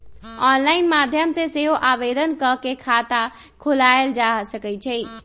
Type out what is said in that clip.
online माध्यम से सेहो आवेदन कऽ के खता खोलायल जा सकइ छइ